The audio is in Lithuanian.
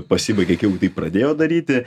pasibaigė kai jau tai pradėjo daryti